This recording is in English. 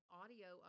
audio